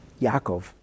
Yaakov